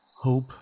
hope